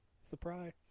Surprise